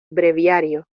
breviario